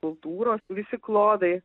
kultūros visi klodai